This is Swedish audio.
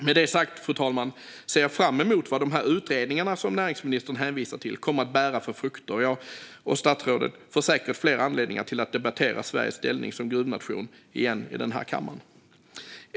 Med det sagt, fru talman, ser jag fram emot vad utredningarna som näringsministern hänvisar till kommer att bära för frukter, och jag och statsrådet får säkert anledning att debattera Sveriges ställning som gruvnation igen i den här kammaren.